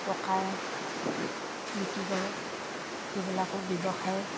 পকাই বিক্ৰী কৰে সেইবিলাকো ব্যৱসায়ে